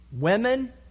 women